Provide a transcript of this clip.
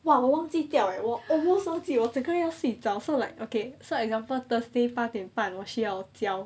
!wah! 我忘记掉 eh 我 almost 忘记我整个人要睡着 so like okay so example thursday 八点半我需要交 then